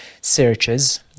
searches